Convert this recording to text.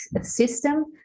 system